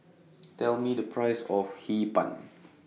Tell Me The Price of Hee Pan